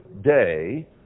day